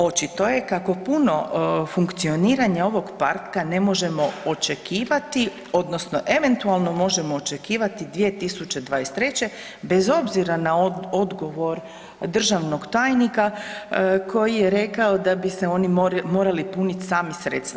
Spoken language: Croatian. Očito je kako puno funkcioniranje ovog parka ne možemo očekivati odnosno eventualno možemo očekivati 2023., bez obzira na odgovor državnog tajnika koji je rekao da bi se oni morali puniti sami sredstva.